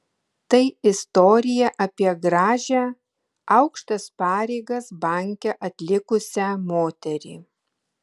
tai istorija apie gražią aukštas pareigas banke atlikusią moterį